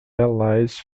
allies